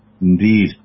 Indeed